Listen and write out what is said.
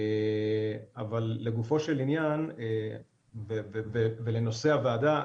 אבל לגופו של עניין ולנושא הוועדה,